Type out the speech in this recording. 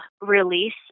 release